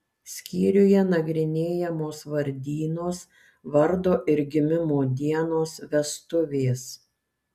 skyriuje nagrinėjamos vardynos vardo ir gimimo dienos vestuvės